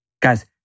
Guys